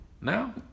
Now